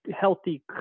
healthy